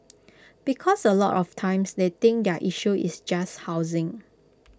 because A lot of times they think their issue is just housing